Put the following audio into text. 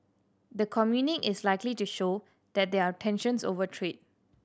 the communique is likely to show that there are tensions over trade